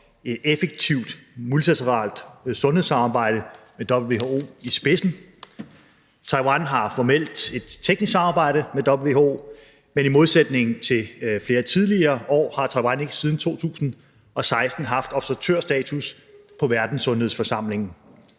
et effektivt, multilateralt sundhedssamarbejde med WHO i spidsen. Taiwan har formelt et teknisk samarbejde med WHO, men i modsætning til flere tidligere år har Taiwan ikke siden 2016 haft observatørstatus i Verdenssundhedsforsamlingen.